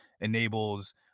enables